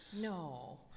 No